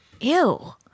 Ew